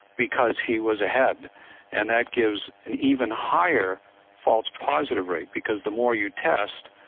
because he was ahead and that gives and even higher false positive rates, because the more you test,